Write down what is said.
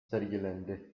sergilendi